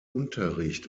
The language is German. unterricht